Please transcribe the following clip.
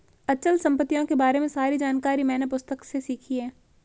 अचल संपत्तियों के बारे में सारी जानकारी मैंने पुस्तक से सीखी है